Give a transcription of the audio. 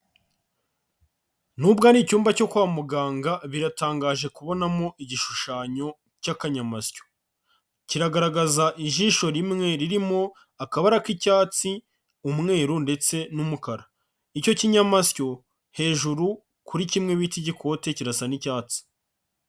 Nubwo ari icyumba cyo kwa muganga, biratangaje kubonamo igishushanyo cy'akanyamasyo. Kiragaragaza ijisho rimwe ririmo akabara k'icyatsi, umweru ndetse n'umukara. Icyo kinyamasyo hejuru kuri kimwe bita igikote kirasa n'icyatsi.